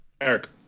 Eric